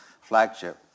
flagship